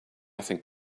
think